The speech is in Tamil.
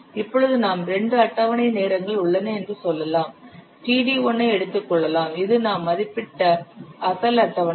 இப்பொழுது நாம் இரண்டு அட்டவணை நேரங்கள் உள்ளன என்று சொல்லலாம் td1 ஐ எடுத்துக்கொள்ளலாம் இது நாம் மதிப்பிட்ட அசல் அட்டவணை